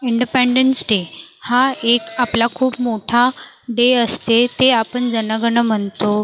independence day हा एक आपला खूप मोठा डे असते ते आपण जन गण म्हणतो